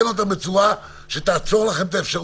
ומגיע למצב של עיר במיקוד,